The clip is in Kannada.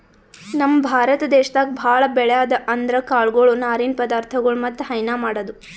ನಮ್ ಭಾರತ ದೇಶದಾಗ್ ಭಾಳ್ ಬೆಳ್ಯಾದ್ ಅಂದ್ರ ಕಾಳ್ಗೊಳು ನಾರಿನ್ ಪದಾರ್ಥಗೊಳ್ ಮತ್ತ್ ಹೈನಾ ಮಾಡದು